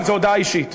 זאת הודעה אישית.